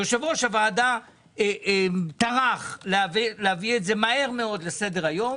יושב-ראש הוועדה טרח להביא את זה מהר מאוד לסדר היום.